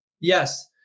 Yes